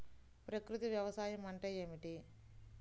ప్రకృతి వ్యవసాయం అంటే ఏమిటి?